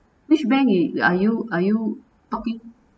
which bank you are you are you talking